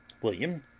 william,